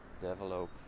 develop